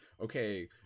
okay